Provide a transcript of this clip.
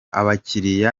abakiriya